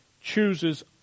chooses